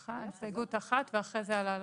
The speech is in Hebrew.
אחרי סיג ושיח עם האוצר.